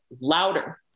louder